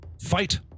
fight